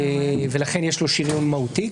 ולכן יש לו שריון מהותי,